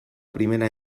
primera